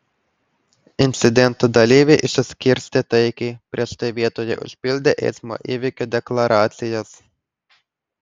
incidento dalyviai išsiskirstė taikiai prieš tai vietoje užpildę eismo įvykio deklaracijas